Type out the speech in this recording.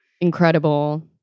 Incredible